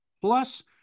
plus